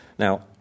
Now